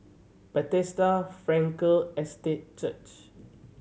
Bethesda Frankel Estate Church